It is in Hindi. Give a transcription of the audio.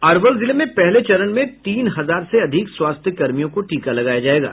अरवल जिले में पहले चरण में तीन हजार से अधिक स्वास्थ्य कर्मियों को टीका लगाया जायेगा